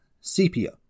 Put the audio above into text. sepia